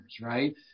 right